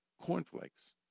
Cornflakes